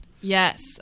Yes